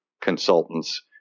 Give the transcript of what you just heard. consultants